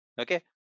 okay